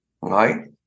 Right